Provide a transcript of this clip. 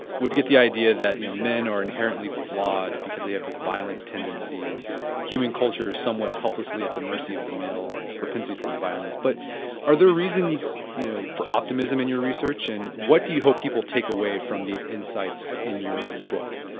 would get the idea that you know men are inherently flawed because they have this violent tendency and human cultures somewhat helplessly at the mercy of the male, propensity towards violence but are there reasons you know for optimism in your research and what do you hope people take away from these insights in your book?